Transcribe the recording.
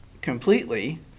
completely